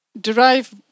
derive